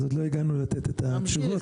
עוד לא הגענו לתת את התשובות,